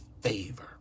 favor